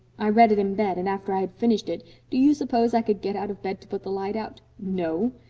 i read it in bed, and after i had finished it do you suppose i could get out of bed to put the light out? no!